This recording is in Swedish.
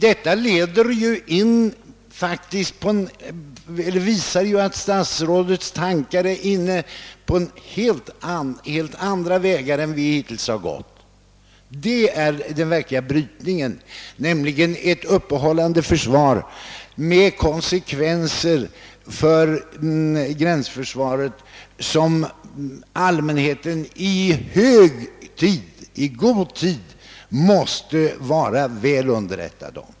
Detta visar nämligen att statsrådets tankar nu är inne på helt andra banor än de hittills gått i. Detta är den verkliga brytningen: ett uppehållande försvar med konsekvenser för gränsförsvaret, som allmänheten i god tid måste vara underrättad om.